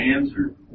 answered